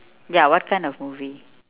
ya what kind of movie